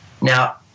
now